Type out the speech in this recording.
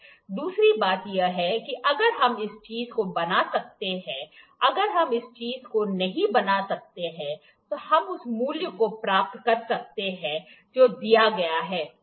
दूसरी बात यह है कि अगर हम इस चीज को बना सकते हैं अगर हम इस चीज को नहीं बना सकते हैं तो हम उस मूल्य को प्राप्त कर सकते हैं जो दिया गया है ठीक है